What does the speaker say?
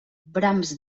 brams